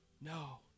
No